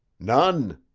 none,